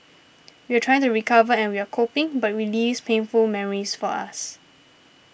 we're trying to recover and we're coping but relives painful memories for us